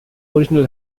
original